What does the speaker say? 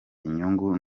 inyungu